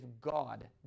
God